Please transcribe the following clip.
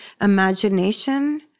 imagination